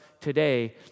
today